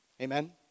Amen